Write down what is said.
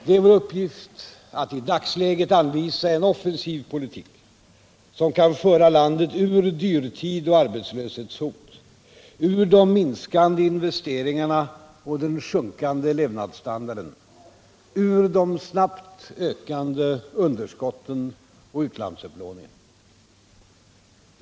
Det är vår uppgift att i dagsläget anvisa en offensiv politik som kan föra landet ur dyrtid och arbetslöshetshot, ur de minskande investeringarna och den sjunkande levnadsstandarden, ur de snabbt ökande underskotten och utlandsupplåningen.